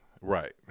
Right